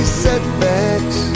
setbacks